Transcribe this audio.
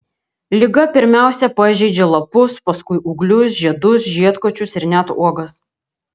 liga pirmiausia pažeidžia lapus paskui ūglius žiedus žiedkočius ir net uogas